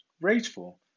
Rageful